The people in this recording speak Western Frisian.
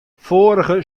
foarige